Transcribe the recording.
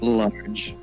large